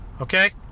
Okay